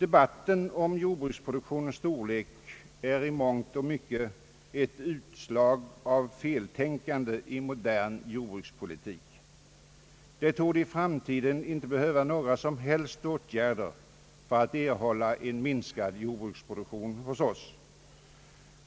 Debatten om jordbruksproduktionens storlek är i mångt och mycket ett utslag av feltänkande i modern jordbrukspolitik. Det torde i framtiden inte behövas några som helst åtgärder för att erhålla en minskad jordbruksproduktion hos oss.